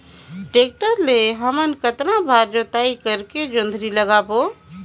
Tractor ले हमन कतना बार जोताई करेके जोंदरी लगाबो?